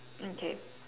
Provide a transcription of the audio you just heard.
mm K